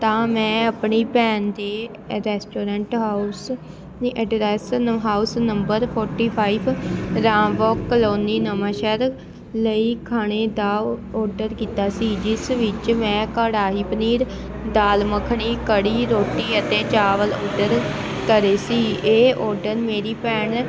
ਤਾਂ ਮੈਂ ਆਪਣੀ ਭੈਣ ਦੇ ਰੈਸਟੋਰੈਂਟ ਹਾਊਸ ਦੀ ਐਡਰੈਸ ਨੂੰ ਹਾਊਸ ਨੰਬਰ ਫੋਟੀ ਫਾਈਵ ਰਾਮਵੋਕ ਕਲੋਨੀ ਨਵਾਂਸ਼ਹਿਰ ਲਈ ਖਾਣੇ ਦਾ ਔਡਰ ਕੀਤਾ ਸੀ ਜਿਸ ਵਿੱਚ ਮੈਂ ਕੜਾਹੀ ਪਨੀਰ ਦਾਲ ਮੱਖਣੀ ਕੜੀ ਰੋਟੀ ਅਤੇ ਚਾਵਲ ਔਡਰ ਕਰੇ ਸੀ ਇਹ ਔਡਰ ਮੇਰੀ ਭੈਣ